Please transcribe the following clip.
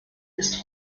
ist